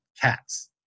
cats